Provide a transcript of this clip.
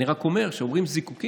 אני רק אומר שכשאומרים זיקוקים